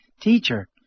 Teacher